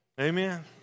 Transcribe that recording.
amen